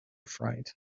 fright